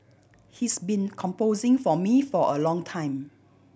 he's been composing for me for a long time